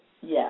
Yes